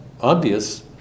Obvious